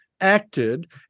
acted